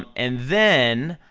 and then,